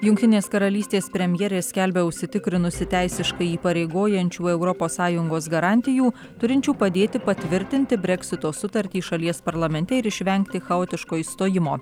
jungtinės karalystės premjerė skelbia užsitikrinusi teisiškai įpareigojančių europos sąjungos garantijų turinčių padėti patvirtinti breksito sutartį šalies parlamente ir išvengti chaotiško išstojimo